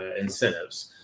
incentives